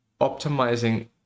optimizing